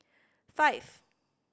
five